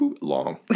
Long